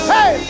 Hey